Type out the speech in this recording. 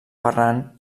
ferran